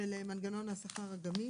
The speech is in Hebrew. ולמנגנון השכר הגמיש,